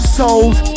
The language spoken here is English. sold